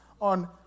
on